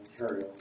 Ontario